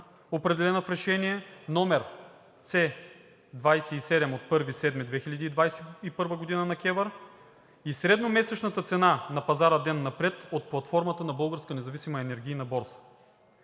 определена в Решение № С-27 от 1 юли 2021 г. на КЕВР, и средномесечната цена на пазара „Ден напред“ от платформата на Българска независима енергийна борса.